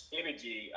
energy